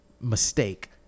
mistake